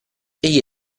egli